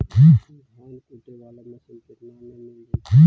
धान कुटे बाला मशीन केतना में मिल जइतै?